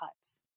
cuts